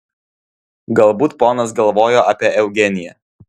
galbūt ponas galvojo apie eugeniją